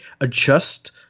adjust